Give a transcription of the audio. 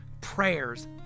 prayers